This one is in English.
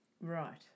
Right